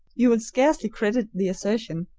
you will scarcely credit the assertion,